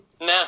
Nah